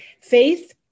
Faith